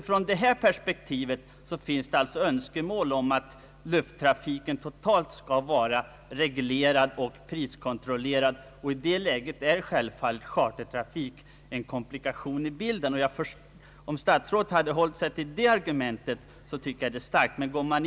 Från detta perspektiv finns det alltså ett önskemål att lufttrafiken totalt skall vara reglerad och priskontrollerad. I det läget är självfallet chartertrafik en komplikation i bilden. Om statsrådet hade hållit sig till det argumentet hade hans argumentation varit stark.